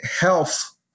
health